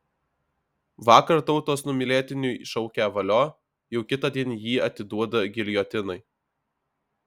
vakar tautos numylėtiniui šaukę valio jau kitądien jį atiduoda giljotinai